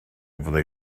fyddai